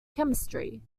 chemistry